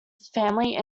family